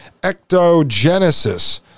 ectogenesis